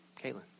Caitlin